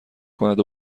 کند